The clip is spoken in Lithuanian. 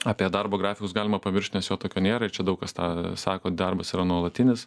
apie darbo grafikus galima pamiršt nes jo tokio nėra ir čia daug kas tą sako darbas yra nuolatinis